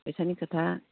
फैसानि खोथा